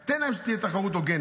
תן להם שתהיה תחרות הוגנת.